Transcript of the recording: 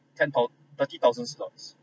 ten thou~ thirty thousand slots